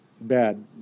bad